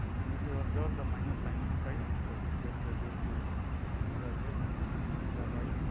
and if you observe the minus sign inside so, this gets reduced to omega z minus omega y